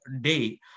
day